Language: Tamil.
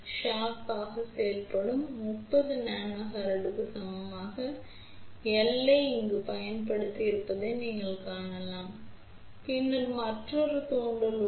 சாக் ஆக செயல்படும் 30 nH க்கு சமமான L ஐ இங்கு பயன்படுத்தியிருப்பதை நீங்கள் காணலாம் பின்னர் மற்றொரு தூண்டல் உள்ளது